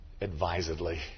advisedly